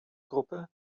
gruppe